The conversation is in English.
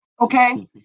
okay